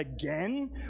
again